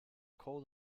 call